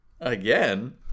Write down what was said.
Again